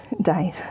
date